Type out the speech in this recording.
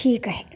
ठीक आहे